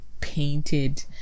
painted